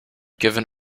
given